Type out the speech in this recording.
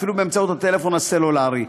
ואפילו באמצעות הטלפון הסלולרי,